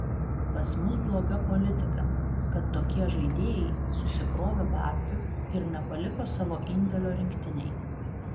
pas mus bloga politika kad tokie žaidėjai susikrovė babkių ir nepaliko savo indėlio rinktinei